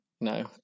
no